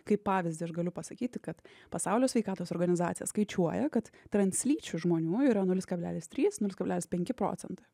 kaip pavyzdį aš galiu pasakyti kad pasaulio sveikatos organizacija skaičiuoja kad translyčių žmonių yra nulis kablelis trys nulis kablelis penki procentai